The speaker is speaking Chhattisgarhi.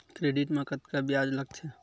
क्रेडिट मा कतका ब्याज लगथे?